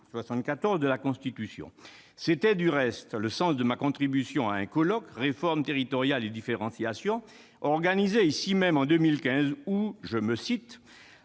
74 de la Constitution. C'était du reste le sens de ma contribution à la journée d'étude « Réforme territoriale et différenciation(s) », organisé ici même en 2015, au cours